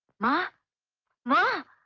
my ram!